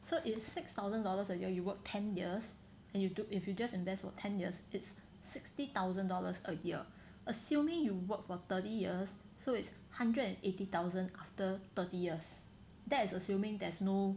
so if six thousand dollars a year you work ten years and you took if you just invest for ten years it's sixty thousand dollars a year assuming you work for thirty years so it's hundred and eighty thousand after thirty years that is assuming there's no